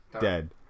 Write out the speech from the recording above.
dead